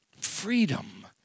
freedom